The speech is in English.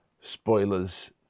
spoilers